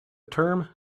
term